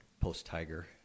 post-Tiger